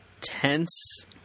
tense